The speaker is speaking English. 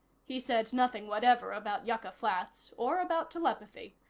he said nothing whatever about yucca flats, or about telepathy.